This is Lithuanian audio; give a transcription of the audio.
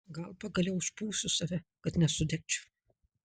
gal pagaliau užpūsiu save kad nesudegčiau